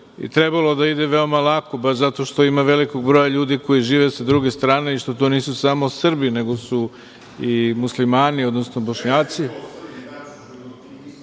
trebalo da ide veoma lako, baš zato što ima velikog broja ljudi koji žive sa druge strane i što to nisu samo Srbi, nego su i muslimani, odnosno